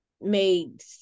made